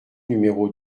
numéro